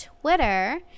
Twitter